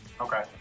Okay